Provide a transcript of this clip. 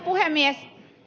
puhemies